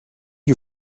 you